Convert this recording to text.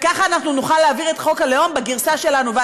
וככה אנחנו נוכל להעביר את חוק הלאום בגרסה שלנו.